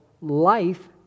life